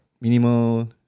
minimal